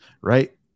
Right